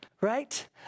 right